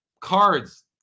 cards